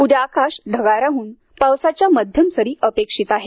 उद्या आकाश ढगाळ राहून पावसाच्या मध्यम सरी अपेक्षित आहेत